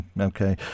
okay